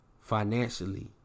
Financially